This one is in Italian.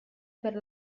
per